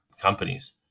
companies